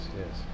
yes